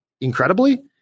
incredibly